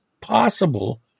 possible